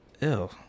Ew